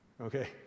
Okay